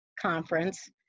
conference